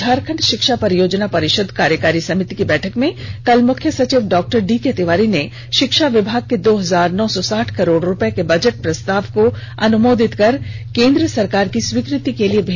झारखंड षिक्षा परियोजना परिषद कार्यकारिणी समिति की बैठक में कल मुख्य सचिव डॉक्टर डीके तिवारी ने पिक्षा विभाग के दो हजार नौ सौ साठ करोड रुपये के बजट प्रस्तावों को अनुमोदित कर केंद्र सरकार की स्वीकृति के लिए भेजने का निर्देष दिया है